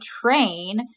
train